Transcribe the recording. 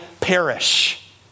perish